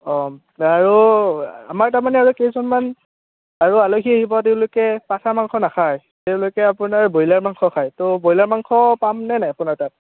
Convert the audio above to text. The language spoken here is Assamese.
অঁ আৰু আমাৰ তাৰমানে আৰু কেইজনমান আৰু আলহী আহিব তেওঁলোকে পাথা মাংস নাখায় তেওঁলোকে আপোনাৰ ব্ৰইলাৰ মাংস খায় তো ব্ৰইলাৰ মাংস পামনে নাই আপোনাৰ তাত